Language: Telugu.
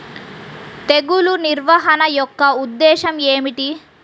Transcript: తెగులు నిర్వహణ యొక్క ఉద్దేశం ఏమిటి?